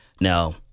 Now